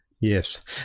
Yes